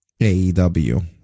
AEW